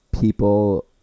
people